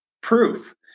proof